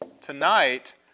tonight